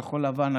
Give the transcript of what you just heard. כחול לבן,